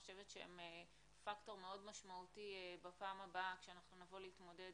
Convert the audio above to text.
אני חושבת שהם פקטור מאוד משמעותי בפעם הבאה כשנבוא להתמודד,